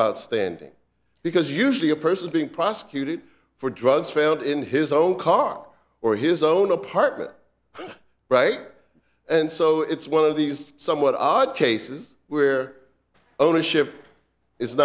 about standing because usually a person being prosecuted for drugs found in his own car or his own apartment right and so it's one of these somewhat odd cases where ownership i